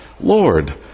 Lord